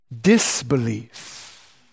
disbelief